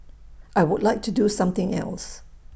I would like to do something else